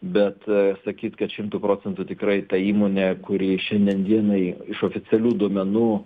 bet sakyt kad šimtu procentų tikrai ta įmonė kuri šiandien dienai iš oficialių duomenų